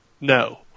No